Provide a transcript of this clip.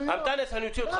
אנטאנס, אני אוציא אותך.